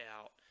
out